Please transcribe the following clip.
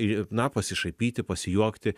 ir na pasišaipyti pasijuokti